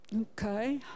Okay